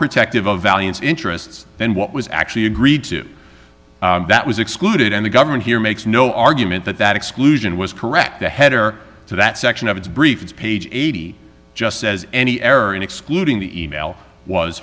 protective of values interests than what was actually agreed to that was excluded and the government here makes no argument that that exclusion was correct the header to that section of his briefs page eighty just says any error in excluding the email was